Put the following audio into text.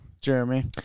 Jeremy